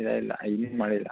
ಇಲ್ಲ ಇಲ್ಲ ಇಲ್ಲಿ ಮಳೆ ಇಲ್ಲ